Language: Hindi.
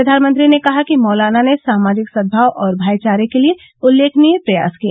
प्रधानमंत्री ने कहा कि मौलाना ने सामाजिक सदभाव और भाईचारे के लिए उल्लेखनीय प्रयास किए